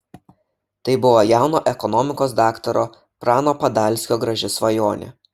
tai buvo jauno ekonomikos daktaro prano padalskio graži svajonė